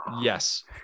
Yes